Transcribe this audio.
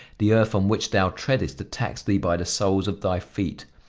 the earth on which thou treadest attacks thee by the soles of thy feet.